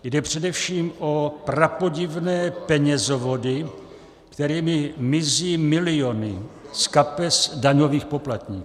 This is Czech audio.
Jde především o prapodivné penězovody, kterými mizí miliony z kapes daňových poplatníků.